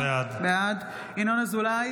בעד ינון אזולאי,